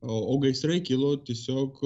o gaisrai kilo tiesiog